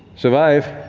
survive.